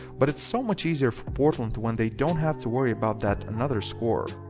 but it's so much easier for portland when they don't have to worry about that another scorer.